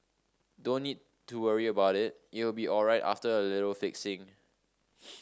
don't need to worry about it it will be alright after a little fixing